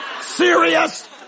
serious